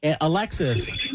Alexis